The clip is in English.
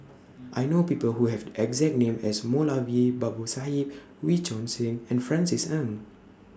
I know People Who Have exact name as Moulavi Babu Sahib Wee Choon Seng and Francis Ng